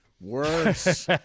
Worse